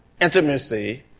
intimacy